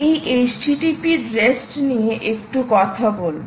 এই HTTP REST নিয়ে একটু কথা বলব